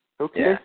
Okay